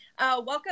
welcome